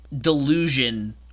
delusion